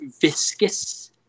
viscous